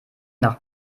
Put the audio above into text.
nach